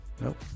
Nope